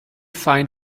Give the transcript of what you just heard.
find